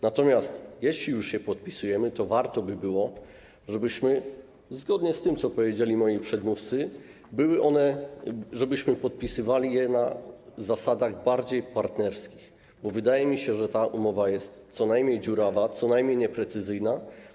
Natomiast jeśli już je podpisujemy, to warto by było, żebyśmy - zgodnie z tym, co powiedzieli moi przedmówcy - podpisywali je na zasadach bardziej partnerskich, bo wydaje mi się, że ta umowa jest co najmniej dziurawa, co najmniej nieprecyzyjna.